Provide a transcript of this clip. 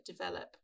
develop